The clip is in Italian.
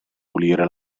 pulire